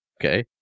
Okay